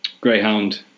Greyhound